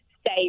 stay